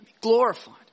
glorified